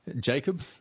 Jacob